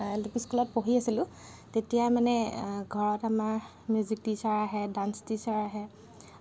L P স্কুলত পঢ়ি আছিলোঁ তেতিয়া মানে ঘৰত আমাৰ মিউজিক টীচ্ছাৰ আহে ডাঞ্চ টীচ্ছাৰ আহে